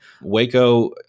Waco